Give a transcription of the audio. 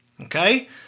Okay